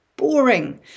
boring